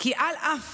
כי על אף